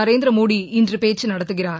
நரேந்திரமோடி இன்றுட பேச்சு நடத்துகிறார்